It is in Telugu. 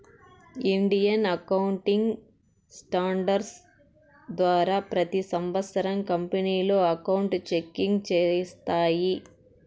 ఇండియన్ అకౌంటింగ్ స్టాండర్డ్స్ ద్వారా ప్రతి సంవత్సరం కంపెనీలు అకౌంట్ చెకింగ్ చేస్తాయి